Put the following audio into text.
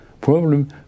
problem